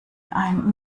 ein